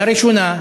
לראשונה,